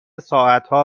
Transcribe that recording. ساعتها